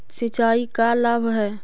सिंचाई का लाभ है?